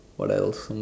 what else some